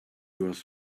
was